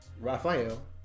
Raphael